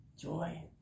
Joy